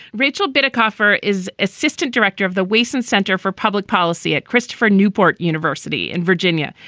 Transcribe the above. rachel bitta coffer is assistant director of the waysand center for public policy at christopher newport university in virginia,